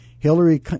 Hillary